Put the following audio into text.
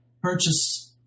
purchase